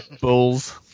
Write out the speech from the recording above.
Bulls